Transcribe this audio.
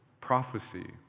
prophecy